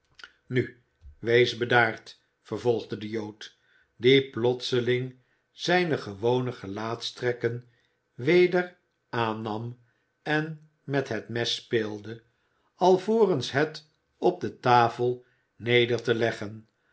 nu wees bedaard vervolgde de jood die plotseling zijne gewone gelaatstrekken weder aannam en met het mes speelde alvorens het op de tafel neder te leggen